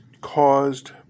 caused